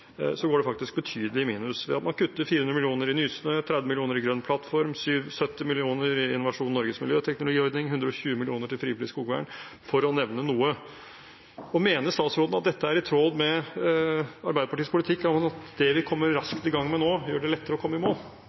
går det faktisk betydelig i minus – ved at man kutter 400 mill. kr i Nysnø, 30 mill. kr i Grønn plattform, 70 mill. kr i Innovasjon Norges miljøteknologiordning, 120 mill. kr til frivillig skogvern, for å nevne noe. Mener statsråden at dette er i tråd med Arbeiderpartiets politikk, at det vi kommer raskt i gang med nå, gjør det lettere å komme i mål?